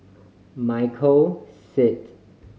Michael Seet